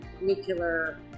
nuclear